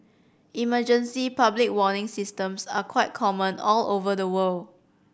emergency public warning systems are quite common all over the world